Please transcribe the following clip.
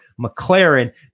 McLaren